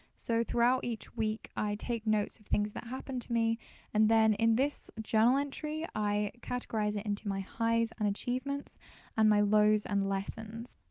so throughout each week i take notes of things that happen to me and then in this journal entry i categorise it into my highs and achievements and my lows and lessons.